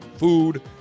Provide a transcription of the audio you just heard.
food